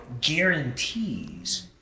guarantees